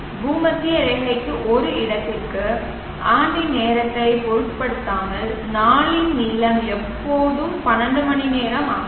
பூமத்திய ரேகைக்கு ஒரு இடத்திற்கு ஆண்டின் நேரத்தைப் பொருட்படுத்தாமல் நாளின் நீளம் எப்போதும் 12 மணி நேரம் ஆகும்